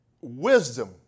wisdom